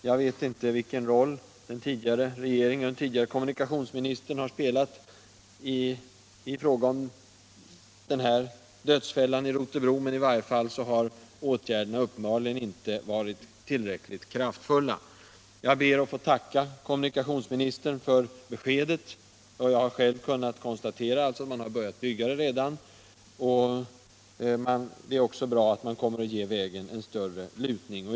Jag vet inte vilken roll den tidigare regeringen och den tidigare kommunikationsministern har spelat när det gäller den här dödsfällan i Rotebro, men i varje fall har åtgärderna uppenbarligen inte varit tillräckligt kraftfulla. Jag ber att få tacka kommunikationsministern för beskedet, och jag har själv kunnat konstatera att man har börjat bygga räcket redan. Det är också bra att man kommer att ge vägen en större lutning.